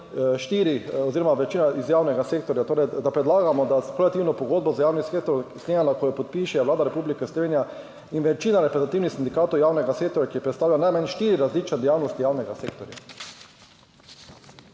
štiri oziroma večina iz javnega sektorja, torej da predlagamo, da s kolektivno pogodbo za javni sektor je sklenjena, ko jo podpiše Vlada Republike Slovenije in večina reprezentativnih sindikatov javnega sektorja, ki predstavljajo najmanj štiri različne dejavnosti javnega sektorja.